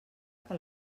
que